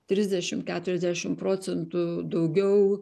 trisdešim keturiasdešim procentų daugiau